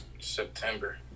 September